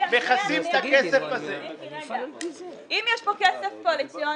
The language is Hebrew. אם יש פה כסף קואליציוני,